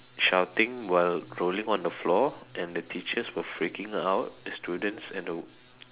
shouting while rolling on the floor and the teachers were freaking out the students and the